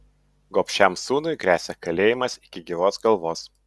gobšiam sūnui gresia kalėjimas iki gyvos galvos